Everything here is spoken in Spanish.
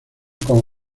con